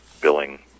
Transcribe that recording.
billing